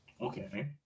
Okay